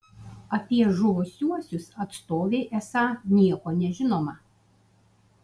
apie žuvusiuosius atstovei esą nieko nežinoma